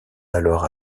alors